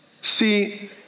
See